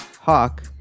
Hawk